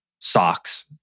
socks